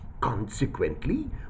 Consequently